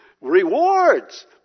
Rewards